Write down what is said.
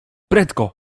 prędko